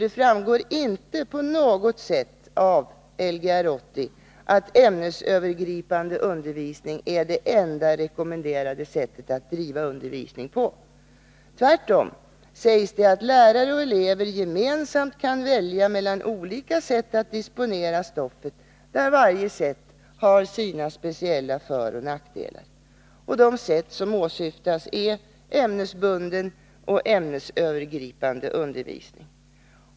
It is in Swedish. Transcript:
Det framgår inte på något sätt av Lgr 80 att ämnesövergripande undervisning är det enda rekommenderade sättet att driva undervisning på. Tvärtom sägs det att lärare och elever gemensamt kan välja mellan olika sätt att disponera stoffet, där varje sätt har sina speciella föroch nackdelar. Sätten som åsyftas är ämnesbunden och ämnesövergripande undervisning.